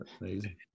Amazing